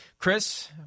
Chris